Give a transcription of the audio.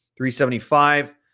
375